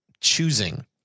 choosing